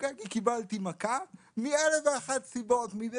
קיבלתי מכה - מאלף ואחת סיבות: מזה